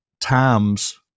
times